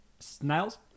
Snails